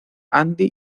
andy